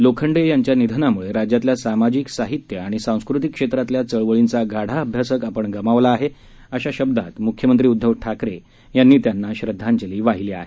लोखंडे यांच्या निधनामुळे राज्यातल्या सामाजिक साहित्य आणि सांस्कृतिक क्षेत्रातल्या चळवळींचा गाढा अभ्यासक आपण गमावला आहे अशा शब्दात मुख्यमंत्री उद्दव ठाकरे यांनी श्रद्वांजली वाहिली आहे